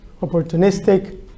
opportunistic